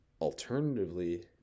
Alternatively